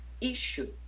issue